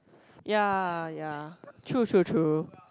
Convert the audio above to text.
ya ya true true true